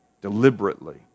deliberately